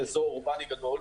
זה אזור אורבני גדול,